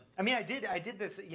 i mean i did, i did this yeah